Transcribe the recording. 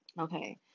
Okay